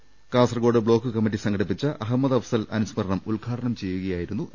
I കാസർക്കോട്ട് block committee സംഘടിപ്പിച്ച അഹമ്മദ്അഫ്സൽ അനുസ്മരണം ഉദ്ഘാടനം ചെയ്യുകയായിരുന്നു എ